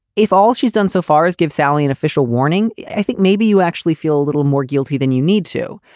if all she's done so far is give sally an official warning. i think maybe you actually feel a little more guilty than you need to,